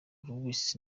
luis